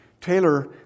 Taylor